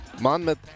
Monmouth